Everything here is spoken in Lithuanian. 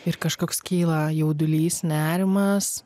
ir kažkoks kyla jaudulys nerimas